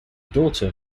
daughter